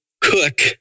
Cook